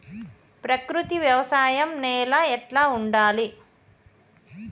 ప్రకృతి వ్యవసాయం నేల ఎట్లా ఉండాలి?